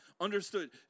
understood